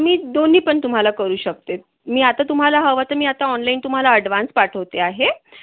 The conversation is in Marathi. मी दोन्ही पण तुम्हाला करू शकते मी आता तुम्हाला हवं तर मी आता ऑनलाईन तुम्हाला अड्वान्स पाठवते आहे